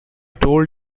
told